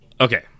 okay